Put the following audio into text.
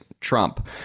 Trump